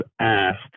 asked